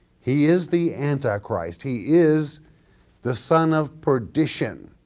he is the antichrist, he is the son of perdition.